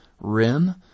RIM